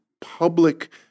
public